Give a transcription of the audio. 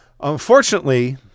unfortunately